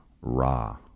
Ra